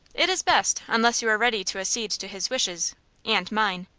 it is best, unless you are ready to accede to his wishes and mine.